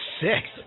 Six